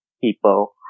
people